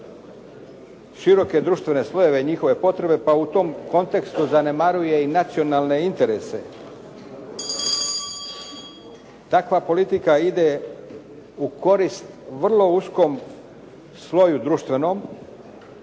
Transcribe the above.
široke društvene slojeve i njihove potrebe pa u tom kontekstu zanemaruje i nacionalne interese. Takva politika ide u korist vrlo uskom sloju društvenom